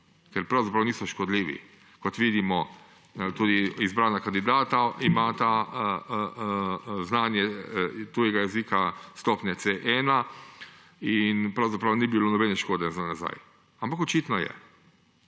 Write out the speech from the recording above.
ker pravzaprav niso škodljivi. Kot vidimo, izbrana kandidata imata tudi znanje tujega jezika stopnje C1 in pravzaprav ne bi bilo nobene škode za nazaj, ampak očitno je.